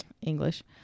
English